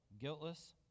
guiltless